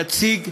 יציג,